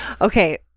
Okay